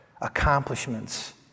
accomplishments